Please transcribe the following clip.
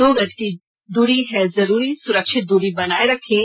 दो गज की दूरी है जरूरी सुरक्षित दूरी बनाए रखें